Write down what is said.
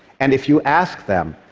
and if you ask them,